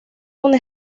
una